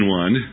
one